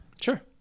Sure